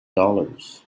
dollars